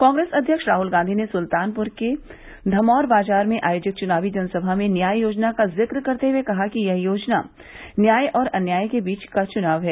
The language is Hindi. कांग्रेस अध्यक्ष राहुल गांधी ने सुल्तानपुर के धमौर बाजार में आयोजित चुनावी जनसभा में न्याय योजना का जिक्र करते हए कहा कि यह योजना न्याय और अन्याय के बीच का चुनाव है